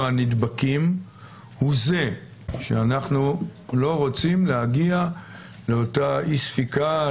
הנדבקים הוא זה שאנחנו לא רוצים להגיע לאותה אי ספיקה,